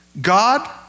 God